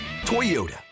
Toyota